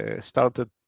started